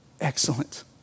Excellent